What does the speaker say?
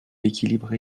l’équilibre